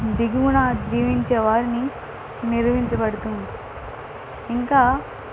దిగువున జీవించే వారిని నిర్మించబడుతుంది ఇంకా